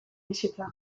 bizitza